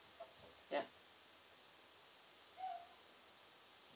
ya